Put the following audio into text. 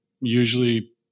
usually